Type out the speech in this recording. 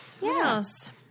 Yes